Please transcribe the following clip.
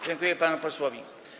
Dziękuję panu posłowi.